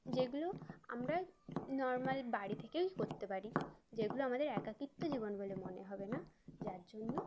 যেগুলো আমরা নর্মাল বাড়ি থেকেই করতে পারি যেগুলো আমাদের একাকীত্ব জীবন বলে মনে হবে না যার জন্য